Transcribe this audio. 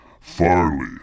Farley